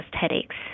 headaches